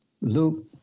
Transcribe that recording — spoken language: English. Luke